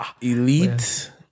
Elite